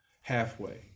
halfway